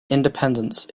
independence